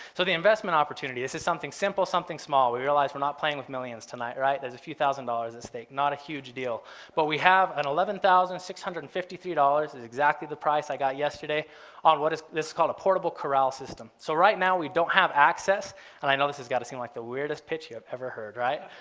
so the investment opportunity it's something simple, something small. we realize we're not playing with millions tonight right? there's a few thousand dollars at stake not a huge deal but we have an eleven thousand six hundred and fifty three dollars is exactly the price i got yesterday on what is this called a portable corral system. so right now we don't have access and i know this has got to seem like the weirdest pitch you have ever heard right?